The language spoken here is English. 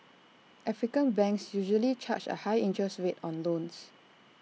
African banks usually charge A high interest rate on loans